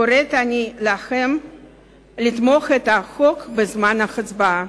קוראת אני לכם לתמוך בחוק בזמן ההצבעה.